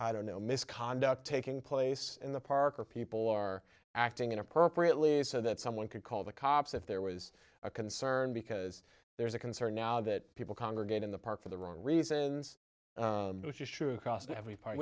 i don't know misconduct taking place in the park or people are acting inappropriately so that someone could call the cops if there was a concern because there's a concern now that people congregate in the park for the wrong reasons which is true cos